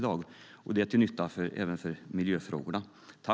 Det är till nytta även för miljöfrågorna.